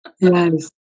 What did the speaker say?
Yes